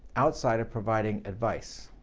outside of providing advice.